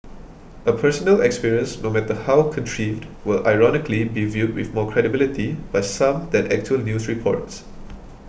a personal experience no matter how contrived will ironically be viewed with more credibility by some than actual news reports